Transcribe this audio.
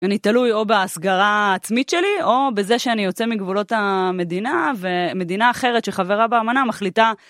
אני תלוי או בהסגרה העצמית שלי או בזה שאני יוצא מגבולות המדינה ומדינה אחרת שחברה באמנה מחליטה...